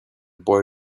boy